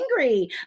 angry